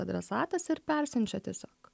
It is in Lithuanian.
adresatas ir persiunčia tiesiog